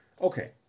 Okay